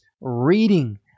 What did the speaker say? reading